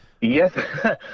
Yes